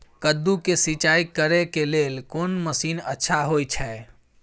कद्दू के सिंचाई करे के लेल कोन मसीन अच्छा होय छै?